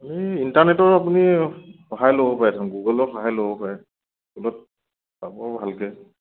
ইণ্টাৰনেটত আপুনি সহায় ল'ব পাৰেচোন গগুলৰ সহায় ল'ব পাৰে গগুলত পাব ভালকৈ